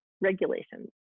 regulations